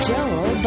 Joel